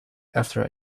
after